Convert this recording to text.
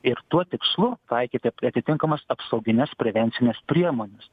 ir tuo tikslu taikyti atitinkamas apsaugines prevencines priemones